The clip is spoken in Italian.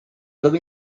dove